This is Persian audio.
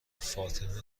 فاطمه